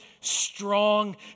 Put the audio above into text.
strong